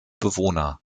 bewohner